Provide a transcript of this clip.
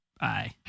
Bye